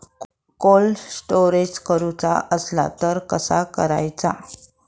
Cold storage करूचा असला तर कसा करायचा?